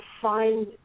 find